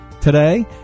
today